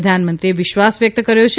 પ્રધાનમંત્રીએ વિશ્વાસ વ્યક્ત કર્યો છે